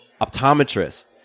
optometrist